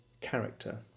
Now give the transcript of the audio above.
character